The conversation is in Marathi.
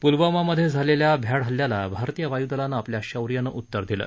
प्लवामामध्ये झालेल्या भ्याड हल्ल्याला भारतीय वायुदलानं आपल्या शौर्यानं उत्तर दिलं